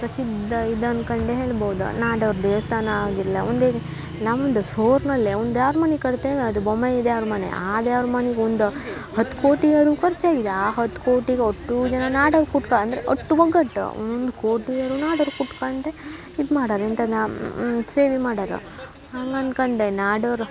ಪ್ರಸಿದ್ಧ ಇದು ಅಂದ್ಕೊಂಡೆ ಹೇಳ್ಬೋದು ನಾಡೋರ ದೇವಸ್ಥಾನ ಆಗಿರ್ಲಿ ಒಂದೇ ನಮ್ದು ಊರ್ನಲ್ಲೆ ಒಂದು ದ್ಯಾವ್ರ ಮನೆ ಕಟ್ತೇವೆ ಅದು ಬೊಮೈ ದ್ಯಾವ್ರ ಮನೆ ಆ ದ್ಯಾವ್ರ ಮನಿಗೊಂದು ಹತ್ತು ಕೋಟಿ ಆದ್ರೂ ಖರ್ಚು ಆಗಿದೆ ಆ ಹತ್ತು ಕೋಟಿಗೆ ಅಷ್ಟೂ ಜನ ನಾಡೋರು ಕುಟ್ಕ ಅಂದರೆ ಅಷ್ಟ್ ಒಗ್ಗಟ್ಟು ಒಂದು ಕೋಟಿಯಾದ್ರು ನಾಡೋರು ಕೊಟ್ಕಂಡೆ ಇದ್ಮಾಡರ ಎಂತನ ಸೇವೆ ಮಾಡರ ಹಂಗೆ ಅಂದ್ಕೊಂಡೆ ನಾಡೋರು